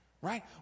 right